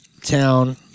town